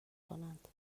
کنند